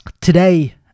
Today